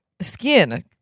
skin